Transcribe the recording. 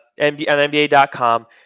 NBA.com